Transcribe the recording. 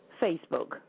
Facebook